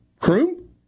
crew